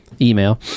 Email